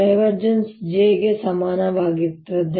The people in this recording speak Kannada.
J ಗೆ ಸಮಾನವಾಗಿರುತ್ತದೆ